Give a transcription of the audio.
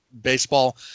baseball